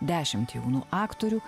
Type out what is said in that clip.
dešimt jaunų aktorių